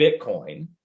Bitcoin